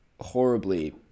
horribly